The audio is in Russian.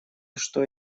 что